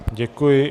Děkuji.